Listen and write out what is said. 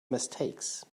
mistakes